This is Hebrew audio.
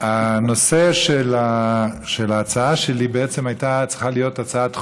הנושא של ההצעה שלי בעצם היה צריך להיות הצעת חוק.